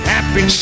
Happy